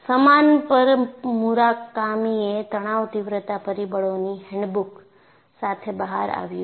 સમાન પર મુરાકામીએ તણાવ તીવ્રતા પરિબળોની હેન્ડબુક સાથે બહાર આવ્યું છે